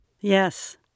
Yes